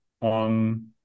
on